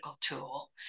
tool